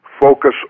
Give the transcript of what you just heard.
focus